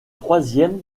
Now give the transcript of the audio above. troisième